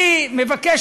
אני מבקש